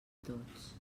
tots